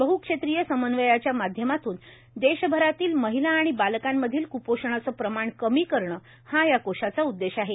बह क्षेत्रिय समन्वयाच्या माध्यमातून देशभरातील महिला आणि बालकांमधील क्पोषणाचं प्रमाण कमी करणं हा या कोषाचा उद्देश आहे